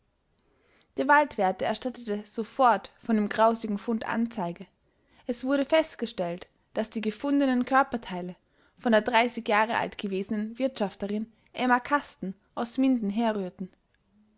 der waldwärter erstattete sofort von dem grausigen fund anzeige es wurde festgestellt daß die gefundenen körperteile von der dreißig jahre alt gewesenen wirtschafterin emma kasten aus minden herrührten